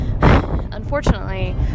Unfortunately